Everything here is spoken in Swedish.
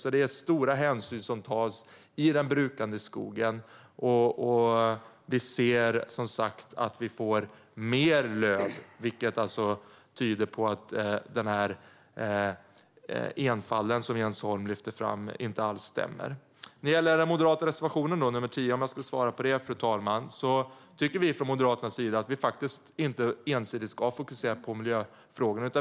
Det är alltså stora hänsyn som tas i den brukade skogen. Vi ser som sagt även att vi får mer löv, vilket tyder på att den enfald som Jens Holm lyfter fram inte alls stämmer. När det gäller frågan om den moderata reservationen nr 10, fru talman, tycker vi från Moderaternas sida att vi faktiskt inte ska fokusera ensidigt på miljöfrågorna.